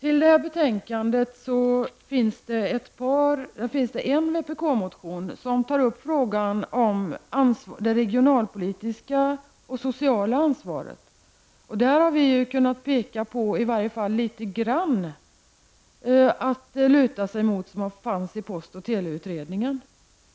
I det här betänkandet behandlas en vpk-motion i vilken vi tagit upp frågan om det regionalpolitiska och sociala ansvaret. Där har vi kunnat peka på en del som fanns att luta sig mot i post och teleutredningen.